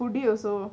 foodie also